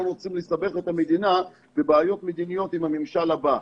לא רוצים לסבך את המדינה בבעיות מדיניות עם הממשל הבא.